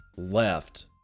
left